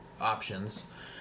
options